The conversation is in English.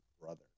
brother